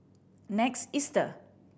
Next Easter